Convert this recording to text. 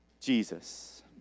Jesus